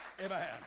Amen